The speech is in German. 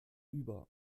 über